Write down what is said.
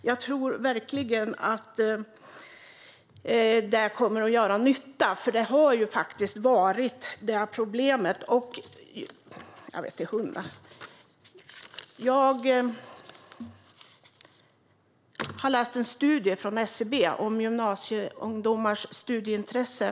Jag tror verkligen att det kommer att göra nytta, för det har faktiskt varit ett problem. Jag har läst en undersökning från SCB om gymnasieungdomars studieintresse.